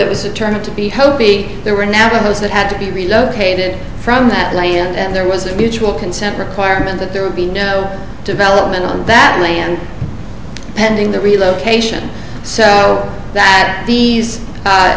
that was it turned out to be hoping there were navajos that had to be relocated from that and there was a mutual consent requirement that there would be no development on that land pending the relocation so that these